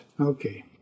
Okay